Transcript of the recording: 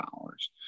hours